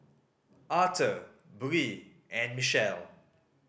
Arthor Bree and Michele